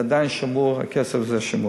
זה עדיין שמור, הכסף הזה שמור.